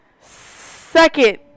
second